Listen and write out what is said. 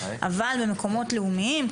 אבל במקומות לאומיים,